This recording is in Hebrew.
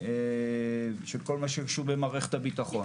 כל מה שקשור במערכת הביטחון,